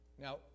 Now